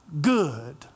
good